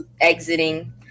exiting